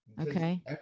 Okay